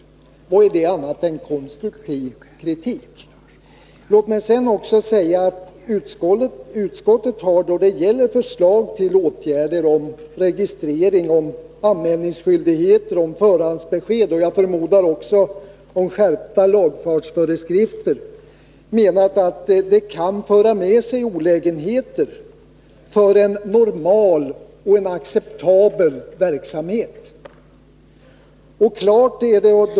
Vad är det annat än konstruktiv kritik? : Utskottet har vidare beträffande förslag till åtgärder om förhandsbesked, upplysningsplikt vid anmälan till kommun och jag förmodar också skärpta lagfartsföreskrifter ansett att dessa åtgärder kan föra med sig olägenheter för en normal och acceptabel verksamhet.